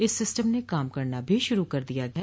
इस सिस्टम ने काम करना भी शुरू कर दिया है